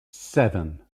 seven